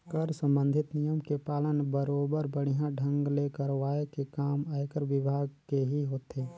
कर संबंधित नियम के पालन बरोबर बड़िहा ढंग ले करवाये के काम आयकर विभाग केही होथे